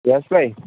યશભાઈ